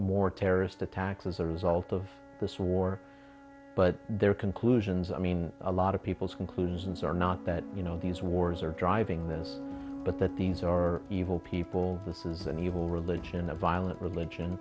more terrorist attacks as a result of this war but their conclusions i mean a lot of people's conclusions are not that you know these wars are driving this but that these are evil people this is an evil religion a violent religion